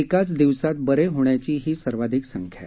एकाच दिवसांच बरे होण्याची ही सर्वाधिक संख्या आहे